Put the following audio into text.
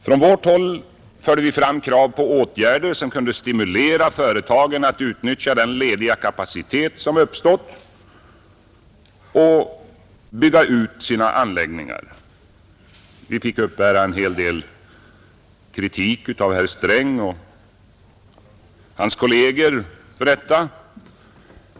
Från vårt håll förde vi fram krav på åtgärder som kunde stimulera företagen att utnyttja den lediga kapacitet som uppstått och bygga ut sina anläggningar. Vi fick uppbära en hel del kritik av herr Sträng och hans kolleger för detta.